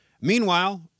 Meanwhile